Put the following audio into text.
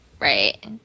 Right